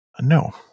No